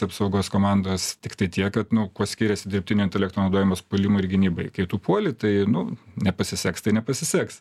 apsaugos komandos tiktai tiek kad nu kuo skiriasi dirbtinio intelekto naudojimas puolimui ir gynybai kai tu puoli tai nu nepasiseks tai nepasiseks